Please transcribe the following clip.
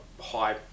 high